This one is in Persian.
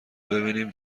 ببینیم